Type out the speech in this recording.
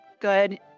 good